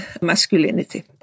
masculinity